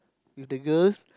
with the girls